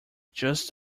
just